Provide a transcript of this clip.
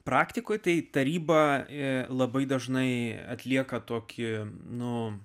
praktikoje tai taryba ir labai dažnai atlieka tokį nu